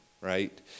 right